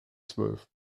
zwölf